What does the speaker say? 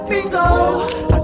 Bingo